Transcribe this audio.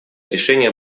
решение